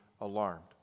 alarmed